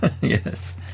yes